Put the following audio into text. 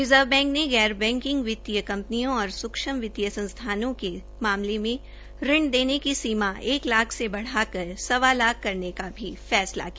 reserve Bank ने गैर banking वित्तीय कंपनियों और सूक्षम वित्तीय संस्थानों के मामले में ऋण देने की सीमा एक लाख से बढ़ाकर सवा लाख करने का फैसला भी किया